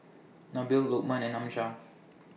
Nabil Lokman and Amsyar